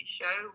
show